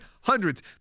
hundreds